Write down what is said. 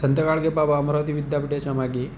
Sant Gadge Baba Amravati विद्यापीठाच्यामागे